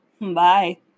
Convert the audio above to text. Bye